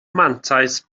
mantais